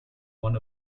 one